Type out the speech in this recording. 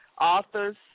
authors